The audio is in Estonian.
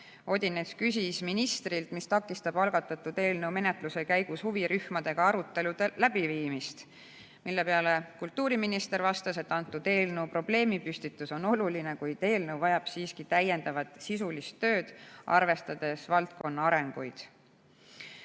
Odinets küsis ministrilt, mis takistab algatatud eelnõu menetluse käigus huvirühmadega arutelude läbiviimist. Kultuuriminister vastas, et eelnõu probleemipüstitus on oluline, kuid eelnõu vajab siiski täiendavat sisulist tööd, arvestades valdkonna arengut.